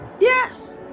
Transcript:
yes